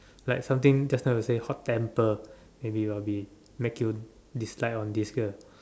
like something just now you say hot temper may be will be make you dislike on this girl